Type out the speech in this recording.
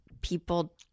people